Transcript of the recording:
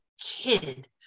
kid